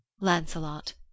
Lancelot